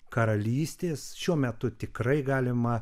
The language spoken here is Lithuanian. karalystės šiuo metu tikrai galima